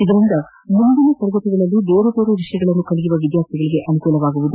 ಇದರಿಂದ ಮುಂದಿನ ತರಗತಿಗಳಲ್ಲಿ ಬೇರೆ ಬೇರೆ ವಿಷಯಗಳನ್ನು ಕಲಿಯುವ ವಿದ್ಯಾರ್ಥಿಗಳಿಗೆ ಅನುಕೂಲವಾಗಲಿದೆ